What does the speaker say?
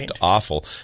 awful